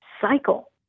cycle